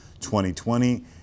2020